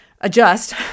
adjust